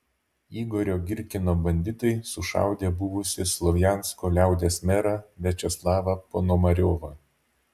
igorio girkino banditai sušaudė buvusį slovjansko liaudies merą viačeslavą ponomariovą